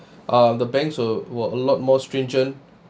uh the banks were were a lot more stringent